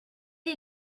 est